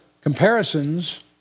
comparisons